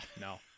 No